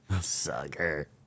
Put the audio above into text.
Sucker